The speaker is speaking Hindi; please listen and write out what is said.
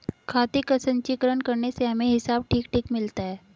खाते का संचीकरण करने से हमें हिसाब ठीक ठीक मिलता है